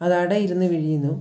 അത് അട ഇരുന്നു വിരിയുന്നു